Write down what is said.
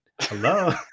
Hello